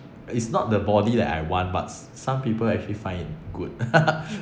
it's not the body that I want but s~ some people actually find it good